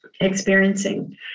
experiencing